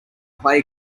play